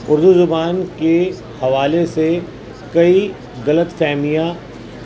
اردو زبان کے حوالے سے کئی غلط فہمیاں